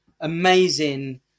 amazing